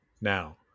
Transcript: now